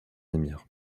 émirs